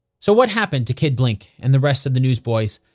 so what happened to kid blink and the rest of the newsboys?